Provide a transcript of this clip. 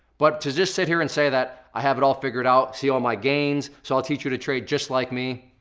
but to just sit here and say that i have it all figured out, see all my gains, so i'll teach you to trade just like me.